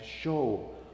show